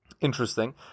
Interesting